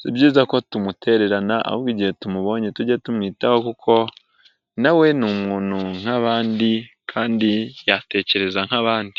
si byiza ko tumutererana ,ahubwo igihe tumubonye tujye tumwitaho kuko nawe ni umuntu nk'abandi kandi yatekereza nk'abandi.